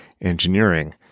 engineering